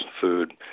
food